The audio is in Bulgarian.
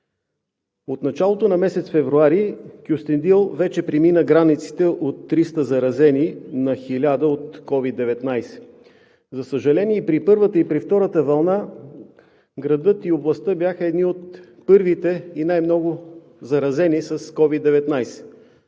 от началото на месец февруари Кюстендил вече премина границите от 300 на сто хиляди заразени от COVID-19. За съжаление, при първата и при втората вълна градът и областта бяха едни от първите и най-много заразени с COVID-19.